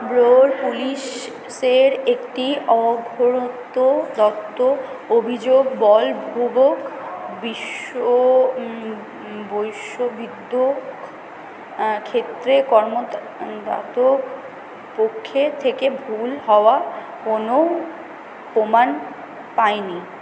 road পুলিশের একটি অফুরন্ত দত্ত অভিযোগ বলপূর্বক বিশ্ব বৈশ্যবিদ্য ক্ষেত্রে কর্ম রত পক্ষে থেকে ভুল হওয়া কোনও প্রমাণ পায়নি